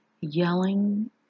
yelling